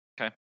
Okay